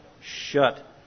shut